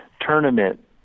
tournament